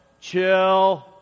chill